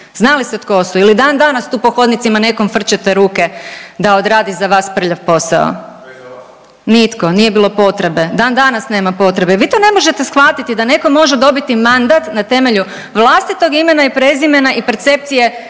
Zna li se tko su? Ili dan danas tu po hodnicima nekom frčete ruke da odradi za vas prljav posao? Nitko. Nije bilo potrebe. Dan danas nema potrebe i vi to ne možete shvatiti da netko može dobiti mandat na temelju vlastitog imena i prezimena i percepcije